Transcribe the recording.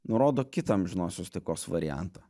nurodo kitą amžinosios taikos variantą